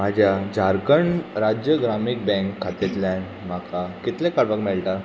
म्हाज्या झारखंड राज्य ग्रामीण बँक खात्यांतल्यान म्हाका कितलें काडूंक मेळटा